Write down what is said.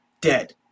dead